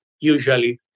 Usually